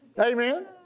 Amen